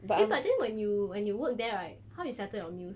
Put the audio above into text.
eh but then when you hen you work there right how they settle your meals